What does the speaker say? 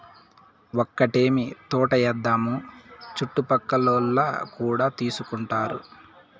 ఒక్కటేమీ తోటే ఏద్దాము చుట్టుపక్కలోల్లు కూడా తీసుకుంటారు